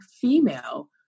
female